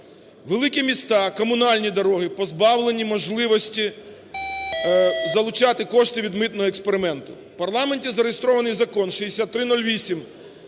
Великі міста, комунальні дороги позбавлені можливості залучати кошти від митного експерименту. В парламенті зареєстрований Закон 6308,